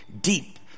deep